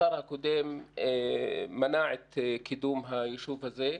השר הקודם מנע את קידום היישוב הזה.